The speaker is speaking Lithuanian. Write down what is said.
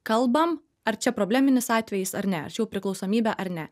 kalbam ar čia probleminis atvejis ar ne ar čia jau priklausomybė ar ne